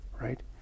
right